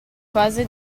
fase